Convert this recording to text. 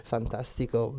Fantastico